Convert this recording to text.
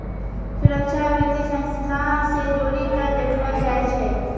सुरक्षा वित्तीय संस्था से जोड़ी के देखलो जाय छै